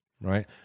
right